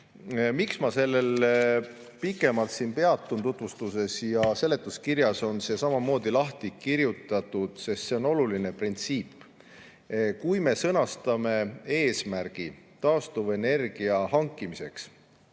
Miks ma sellel siin pikemalt peatun? Tutvustuses ja seletuskirjas on see samamoodi lahti kirjutatud, sest see on oluline printsiip. Kui me sõnastame eesmärgi taastuvenergia hankimiseks